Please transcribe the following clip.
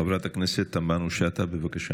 חברת הכנסת תמנו שטה, בבקשה